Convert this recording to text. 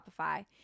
shopify